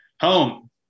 Home